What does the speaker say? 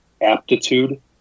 aptitude